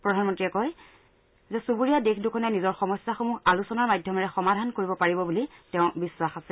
প্ৰধানমন্ত্ৰীয়ে কয় চুবুৰীয়া দেশ দুখনে নিজৰ সমস্যাসমূহ আলোচনাৰ মাধ্যমেৰে সমাধান কৰিব পাৰিব বুলি তেওঁ বিশ্বাস আছে